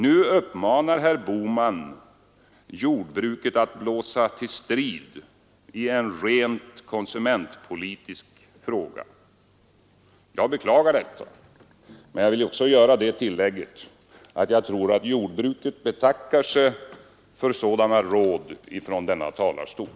Nu uppmanar herr Bohman jordbruket att blåsa till strid i en rent konsumentpolitisk fråga. Jag beklagar detta. Men jag vill också göra det tillägget att jag tror att man inom jordbruket betackar sig för sådana råd från denna talarstol.